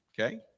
okay